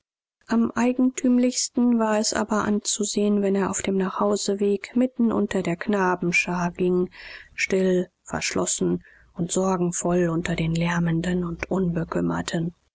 am eigentümlichsten war es aber anzusehen wenn er auf dem nachhauseweg mitten unter der knabenschar ging still verschlossen und sorgenvoll unter den lärmenden und unbekümmerten